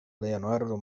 leonardo